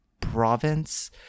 province